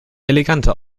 eleganter